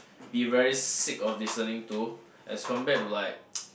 be very sick of listening to as compared to like